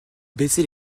baisser